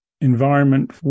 environment